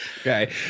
Okay